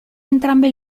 entrambe